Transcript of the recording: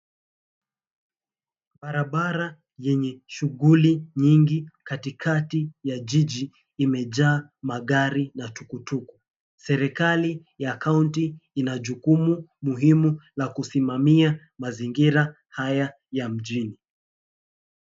Barabara yenye shughuli nyingi katikati ya jiji imejaa magari na tukutuku .Serikali ya kaunti ina jukumu la kusimamia mazingira haya ya mjini.